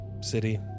city